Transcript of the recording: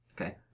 Okay